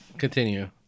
continue